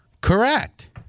correct